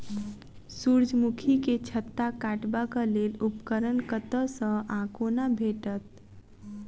सूर्यमुखी केँ छत्ता काटबाक लेल उपकरण कतह सऽ आ कोना भेटत?